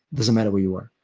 doesn't matter where you are.